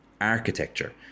architecture